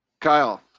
Kyle